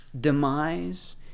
demise